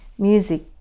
music